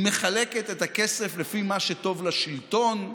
היא מחלקת את הכסף לפי מה שטוב לשלטון,